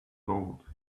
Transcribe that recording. gold